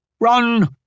Run